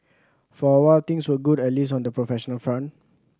for a while things were good at least on the professional front